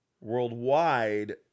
Worldwide